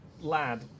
lad